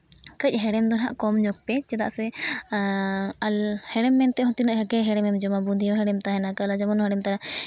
ᱠᱟᱹᱡ ᱦᱮᱬᱮᱢ ᱫᱚ ᱱᱟᱦᱟᱜ ᱠᱚᱢ ᱧᱚᱜ ᱯᱮ ᱪᱮᱫᱟᱜ ᱥᱮ ᱦᱮᱬᱮᱢ ᱢᱮᱱᱛᱮᱫ ᱦᱚᱸ ᱛᱤᱱᱟᱹᱜ ᱜᱮ ᱦᱮᱬᱮᱢ ᱮᱢ ᱡᱚᱢᱟ ᱵᱩᱫᱤᱭᱟ ᱦᱚᱸ ᱦᱮᱲᱮᱢ ᱛᱟᱦᱮᱱᱟ ᱠᱟᱞᱚ ᱡᱟᱹᱢᱩᱱ ᱦᱚᱸ ᱦᱮᱲᱮᱢ ᱛᱟᱦᱮᱱᱟ